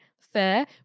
fair